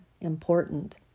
Important